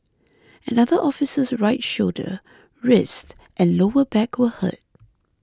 another officer's right shoulder wrist and lower back were hurt